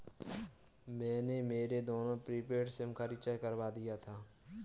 मैंने मेरे दोनों प्रीपेड सिम का रिचार्ज करवा दिया था